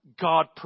God